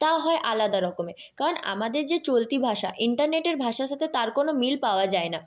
তা হয় আলাদা রকমের কারণ আমাদের যে চলতি ভাষা ইন্টারনেটের ভাষার সাথে তার কোনো মিল পাওয়া যায় না